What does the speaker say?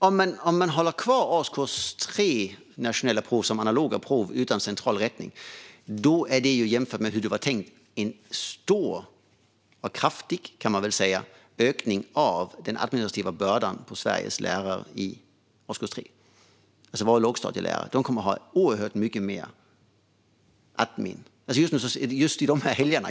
Om man håller kvar de nationella proven för årskurs 3 som analoga prov utan central rättning är det - jämfört med hur det var tänkt - en stor och kraftig, kan man väl säga, ökning av den administrativa bördan på Sveriges lärare i årskurs 3. Våra lågstadielärare kommer att ha oerhört mycket mer administration.